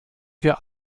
wir